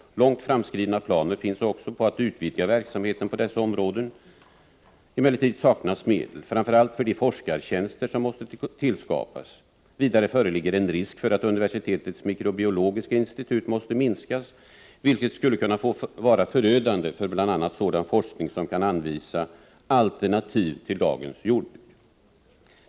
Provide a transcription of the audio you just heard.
Långt framskridna planer finns också på att utvidga verksamheten på dessa områden. Det saknas emellertid medel, framför allt för de forskartjänster som måste tillskapas. Vidare föreligger en risk för att universitetets mikrobiologiska institut måste minskas, vilket skulle kunna vara förödande för bl.a. sådan forskning som kan anvisa alternativ till dagens jordbruk.